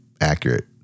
accurate